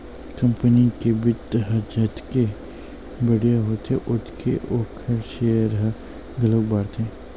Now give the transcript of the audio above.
company के बित्त ह जतके बड़िहा होथे ओतके ओखर सेयर ह घलोक बाड़थे